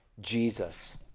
Jesus